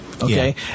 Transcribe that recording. Okay